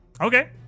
Okay